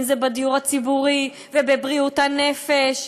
אם זה בדיור הציבורי ואם בבריאות הנפש,